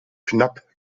knapp